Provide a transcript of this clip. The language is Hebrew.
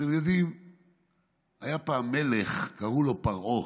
אתם יודעים, היה פעם מלך שקראו לו פרעה.